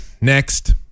Next